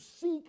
seek